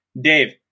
Dave